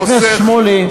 חבר הכנסת שמולי.